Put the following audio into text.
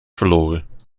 verloren